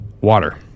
water